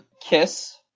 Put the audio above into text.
Kiss